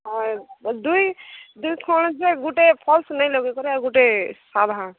ହଏ ଦୁଇ ଦୁଇ ଖଣ୍ଡ ଯେ ଗୁଟେ ଫଲ୍ସ୍ ନାଇଁ ଲାଗିପାରେ ଆଉ ଗୁଟେ ସାଧା